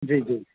जी जी